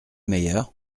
meilleur